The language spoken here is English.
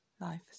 life